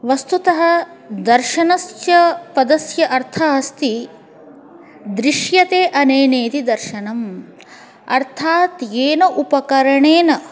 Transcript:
वस्तुतः दर्शनस्य पदस्य अर्थः अस्ति दृश्यते अनेनेति दर्शनम् अर्थात् येन उपकरणेन